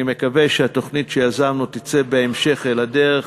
אני מקווה שהתוכנית שיזמנו תצא בהמשך אל הדרך.